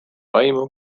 aimu